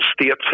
states